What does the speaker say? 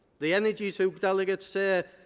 the energies who delegates say,